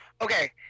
Okay